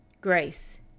Grace